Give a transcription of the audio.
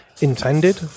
Intended